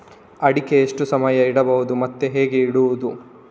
ಅಡಿಕೆ ಎಷ್ಟು ಸಮಯ ಇಡಬಹುದು ಮತ್ತೆ ಹೇಗೆ ಇಡುವುದು?